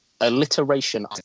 Alliteration